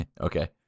okay